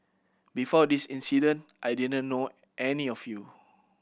before this incident I didn't know any of you